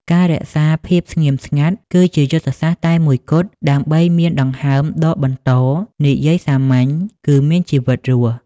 ការរក្សាភាពស្ងៀមស្ងាត់ គឺជាយុទ្ធសាស្ត្រតែមួយគត់ដើម្បីមានដង្ហើមដកបន្ត និយាយសាមញ្ញគឺមានជីវិតរស់។